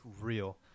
real